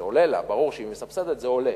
זה עולה לה, ברור, כשהיא מסבסדת זה עולה.